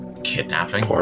Kidnapping